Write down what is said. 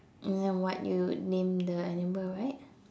and then what you would name the animal right